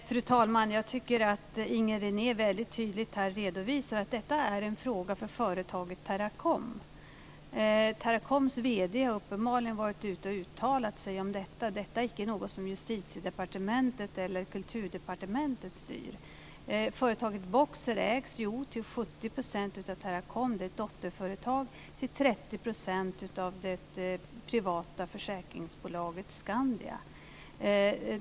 Fru talman! Jag tycker att Inger René väldigt tydligt redovisar att detta är en fråga för företaget Teracom. Teracoms vd har uppenbarligen uttalat sig om detta. Detta är icke något som Justitiedepartementet eller Kulturdepartementet styr. Företaget Boxer ägs till 70 % av Teracom - det är ett dotterföretag - och till 30 % av det privata försäkringsbolaget Skandia.